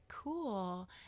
cool